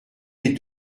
les